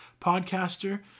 podcaster